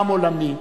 גם עולמי,